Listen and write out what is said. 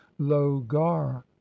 logar